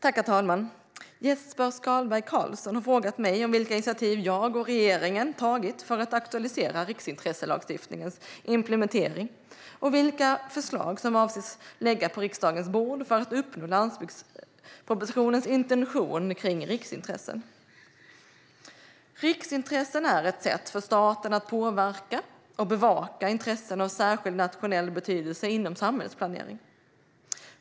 Herr talman! Jesper Skalberg Karlsson har frågat mig vilka initiativ jag och regeringen har tagit för att aktualisera riksintresselagstiftningens implementering och vilka förslag som avses läggas på riksdagens bord för att uppnå landsbygdspropositionens intention gällande riksintressen. Riksintressen är ett sätt för staten att påverka och bevaka intressen av särskild nationell betydelse inom samhällsplaneringen.